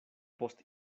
post